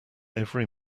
every